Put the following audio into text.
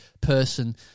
person